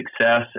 success